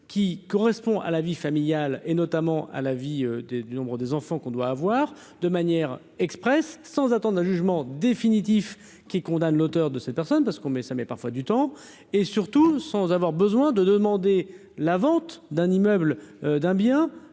qui correspond à la vie familiale et, notamment, à la vie des du nombre des enfants qu'on doit avoir de manière expresse sans attendre un jugement définitif qui condamne l'auteur de cette personne parce qu'on met ça met parfois du temps et surtout sans avoir besoin de demander la vente d'un immeuble d'un bien